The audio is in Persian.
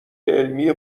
علمی